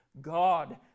God